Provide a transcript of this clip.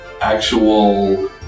actual